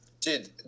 Dude